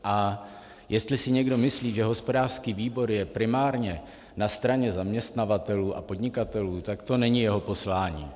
A jestli si někdo myslí, že hospodářský výbor je primárně na straně zaměstnavatelů a podnikatelů, tak to není poslání.